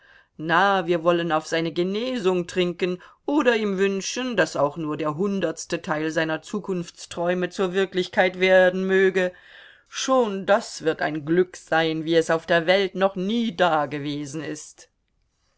na wir wollen auf seine genesung trinken oder ihm wünschen daß auch nur der hundertste teil seiner zukunftsträume zur wirklichkeit werden möge schon das wird ein glück sein wie es auf der welt noch nie dagewesen ist